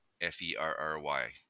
F-E-R-R-Y